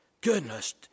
Goodness